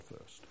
first